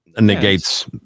negates